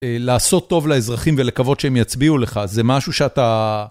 אה... לעשות טוב לאזרחים ולקוות שהם יצביעו לך, זה משהו שאתה...